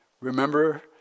Remember